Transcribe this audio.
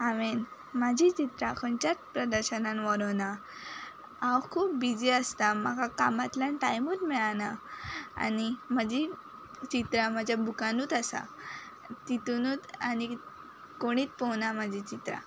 हांवें म्हजीं चित्रां खंयच्याच प्रदर्शनांत व्हरूंक ना हांव खूब बिजी आसता म्हाका कामांतल्यान टायमूच मेळाना आनी म्हजीं चित्रां म्हज्या बुकानूच आसा तितुनूत आनी कोणीच पळोवना म्हाजीं चित्रां